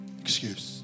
excuse